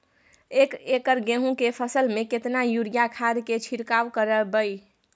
एक एकर गेहूँ के फसल में केतना यूरिया खाद के छिरकाव करबैई?